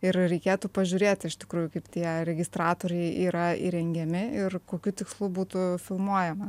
ir reikėtų pažiūrėt iš tikrųjų kaip tie registratoriai yra įrengiami ir kokiu tikslu būtų filmuojama